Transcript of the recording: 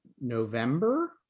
November